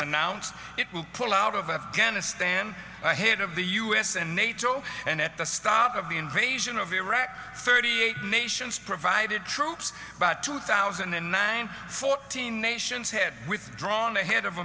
announced it will pull out of afghanistan ahead of the us and nato and at the start of the invasion of iraq thirty eight nations provided troops but two thousand and nine fourteen nations have withdrawn ahead of